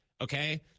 okay